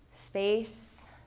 space